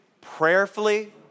prayerfully